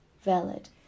valid